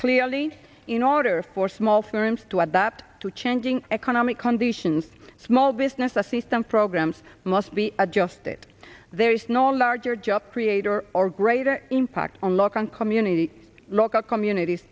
clearly in order for small firms to adapt to changing economic conditions small businesses system programs must be adjusted there is no larger job creator or greater impact on lock on community local communities